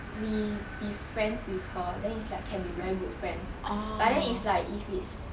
we be friends with her then it's like can be very good friends but then it's like if it's